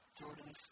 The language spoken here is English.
Jordan's